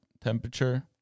temperature